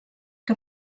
que